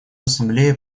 ассамблее